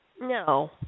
No